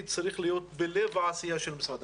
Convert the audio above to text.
צריך להיות בלב העשייה של משרד החינוך.